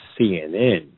CNN